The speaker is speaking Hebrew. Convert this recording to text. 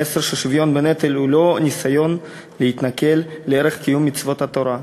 המסר של שוויון בנטל הוא לא ניסיון להתנכל לערך קיום מצוות התורה,